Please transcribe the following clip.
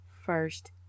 first